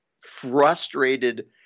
frustrated